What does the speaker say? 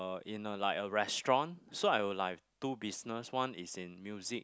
uh in a like a restaurant so I would like have two business one is in music